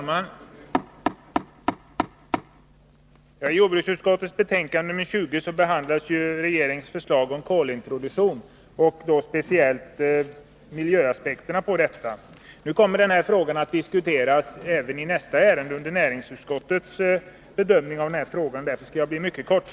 Fru talman! I jordbruksutskottets betänkande behandlas regeringens förslag om kolintroduktion, speciellt miljöaspekterna på denna. Frågan kommer att diskuteras även i nästa ärende, som gäller näringsutskottets bedömning av den, och därför skall jag fatta mig mycket kort.